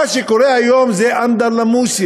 מה שקורה היום זה אנדרלמוסיה,